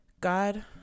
God